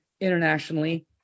internationally